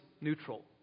neutral